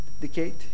decade